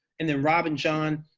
and then rob and john,